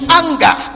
anger